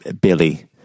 Billy